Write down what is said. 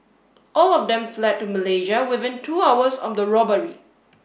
all of them fled to Malaysia within two hours of the robbery